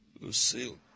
Lucille